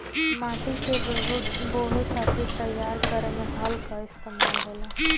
माटी के बोवे खातिर तैयार करे में हल कअ इस्तेमाल होला